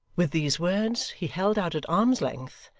with these words he held out at arm's length,